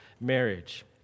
marriage